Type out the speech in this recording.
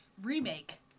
remake